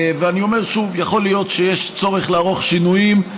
ואומר שוב: יכול להיות שיש צורך לערוך שינויים,